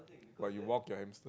or you walk your hamster